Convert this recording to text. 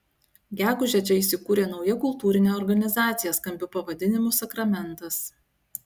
gegužę čia įsikūrė nauja kultūrinė organizacija skambiu pavadinimu sakramentas